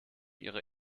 ihre